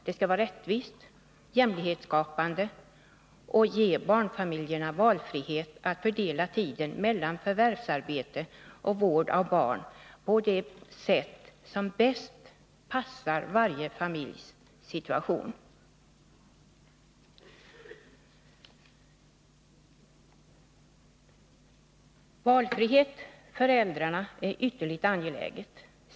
Det skall vara rättvist och jämlikhetsskapande samt ge barnfamiljerna valfrihet att fördela tiden mellan förvärvsarbete och vård av barn på det sätt som bäst passar varje familjs situation. Valfrihet för föräldrarna är något ytterligt angeläget.